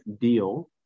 deal